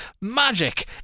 Magic